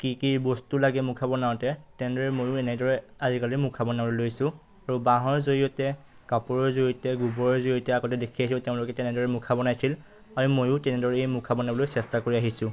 কি কি বস্তু লাগে মুখা বনাওঁতে তেনেদৰে ময়ো এনেদৰে আজিকালি মুখা বনালৈ লৈছোঁ আৰু বাঁহৰ জৰিয়তে কাপোৰৰ জৰিয়তে গোবৰৰ জৰিয়তে আগতে দেখি আহিছোঁ তেওঁলোকে তেনেদৰে মুখা বনাইছিল আৰু ময়ো তেনেদৰেই এই মুখা বনাবলৈ চেষ্টা কৰি আহিছোঁ